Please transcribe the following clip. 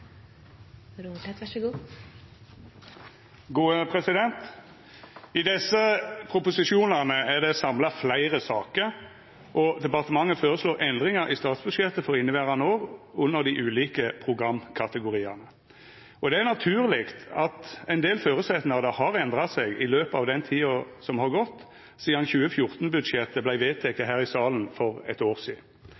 I desse proposisjonane er det samla fleire saker, og Samferdselsdepartementet føreslår endringar i statsbudsjettet for inneverande år under dei ulike programkategoriane. Det er naturleg at ein del føresetnader har endra seg i løpet av den tida som har gått sidan 2014-budsjettet vart vedteke